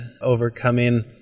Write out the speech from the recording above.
overcoming